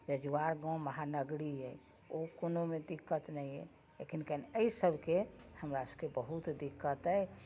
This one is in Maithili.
अरेजवार गाँव महानगरी अइ ओ कोनोमे दिक्कत नहि यऽ लेकिन कनी सबके हमरा सबके बहुत दिक्कत अइ